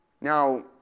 Now